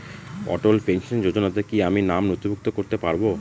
অটল pension যোজনাতে কি আমি নাম নথিভুক্ত করতে পারবো?